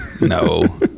No